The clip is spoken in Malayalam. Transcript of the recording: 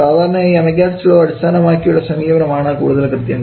സാധാരണയായി അമഗ്യാറ്റ്സ് ലോ അടിസ്ഥാനമാക്കിയുള്ള സമീപനമാണ് കൂടുതൽ കൃത്യം